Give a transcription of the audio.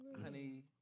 Honey